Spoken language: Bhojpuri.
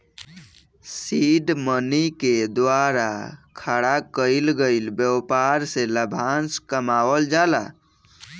सीड मनी के द्वारा खड़ा कईल गईल ब्यपार से लाभांस कमावल जाला